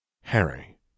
Harry